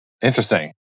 Interesting